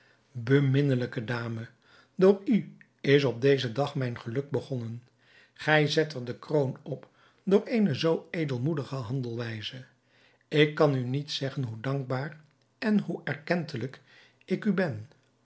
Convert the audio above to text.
beminnelijke dame door u is op dezen dag mijn geluk begonnen gij zet er de kroon op door eene zoo edelmoedige handelwijze ik kan u niet zeggen hoe dankbaar en hoe erkentelijke ik u ben